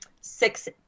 six